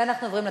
להעביר את